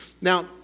Now